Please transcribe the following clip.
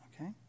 Okay